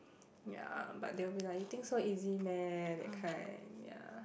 ya but they will be like you think so easy meh that kind ya